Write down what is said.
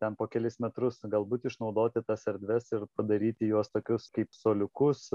ten po kelis metrus galbūt išnaudoti tas erdves ir padaryti juos tokius kaip suoliukus